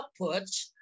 outputs